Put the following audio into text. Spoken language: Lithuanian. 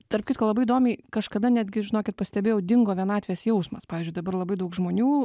tarp kitko labai įdomiai kažkada netgi žinokit pastebėjau dingo vienatvės jausmas pavyzdžiui dabar labai daug žmonių